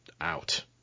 out